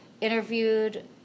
interviewed